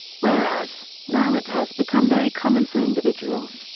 whereas, now it has become very common for individuals,